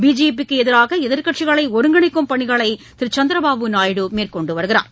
பிஜேபிக்கு எதிராக எதிர்க்கட்சிகளை ஒருங்கிணைக்கும் பணிகளை திரு சந்திரபாபு நாயுடு மேற்கொண்டு வருகிறார்